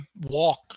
walk